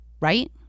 Right